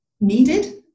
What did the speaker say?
needed